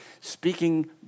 speaking